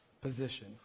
position